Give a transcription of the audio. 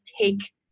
take